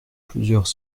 plusieurs